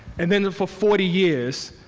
and then then for forty years,